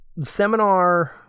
Seminar